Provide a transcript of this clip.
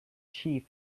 chief